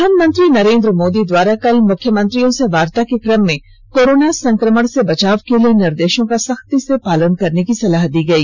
प्रधानमंत्री नरेंद्र मोदी द्वारा कल मुख्यमंत्रियों से वार्ता के क्रम में कोरोना संक्रमण से बचाव के लिए निर्देशों का सख्ती से पालन करने की सलाह दी गई